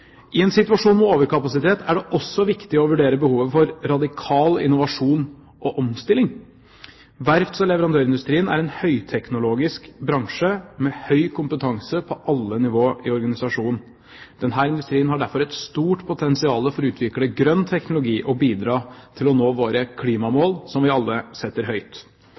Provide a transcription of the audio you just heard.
radikal innovasjon og omstilling. Verfts- og leverandørindustrien er en høyteknologisk bransje med høy kompetanse på alle nivåer i organisasjonen. Denne industrien har derfor et stort potensial for å utvikle grønn teknologi og bidra til å nå våre klimamål, som vi alle setter høyt.